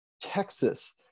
Texas